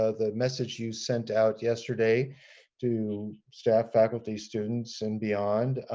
ah the message you sent out yesterday to staff, faculty, students, and beyond,